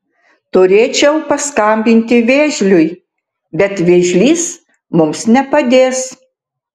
turėčiau paskambinti vėžliui bet vėžlys mums nepadės